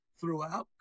throughout